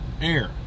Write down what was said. air